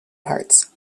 parts